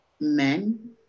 men